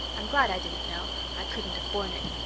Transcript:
i'm glad i didn't know i couldn't have borne it.